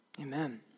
Amen